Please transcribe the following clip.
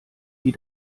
wie